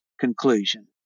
conclusion